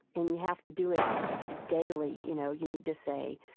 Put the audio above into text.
and you have to do it daily. you know, you need to say,